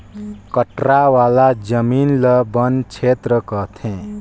कठरा वाला जमीन ल बन छेत्र कहथें